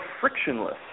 frictionless